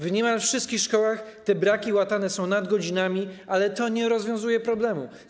W niemal wszystkich szkołach te braki łatane są nadgodzinami, ale to nie rozwiązuje problemów.